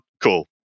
cool